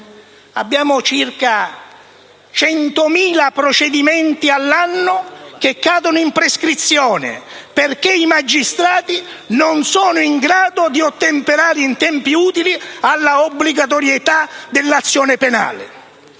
Abbiamo circa 100.000 procedimenti all'anno che cadono in prescrizione perché i magistrati non sono in grado di ottemperare in tempi utili alla obbligatorietà dell'azione penale.